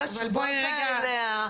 כל התשובות האלה,